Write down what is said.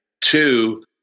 two